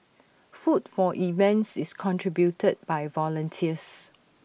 food for events is contributed by volunteers